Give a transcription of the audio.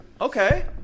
Okay